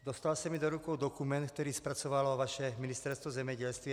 Dostal se mi do rukou dokument, který zpracovalo vaše Ministerstvo zemědělství.